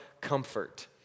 comfort